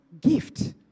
gift